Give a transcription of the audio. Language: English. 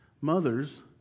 Mothers